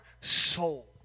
soul